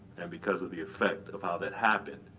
and because of the effect of how that happened